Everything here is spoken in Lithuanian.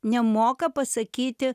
nemoka pasakyti